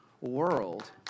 world